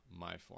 MyForm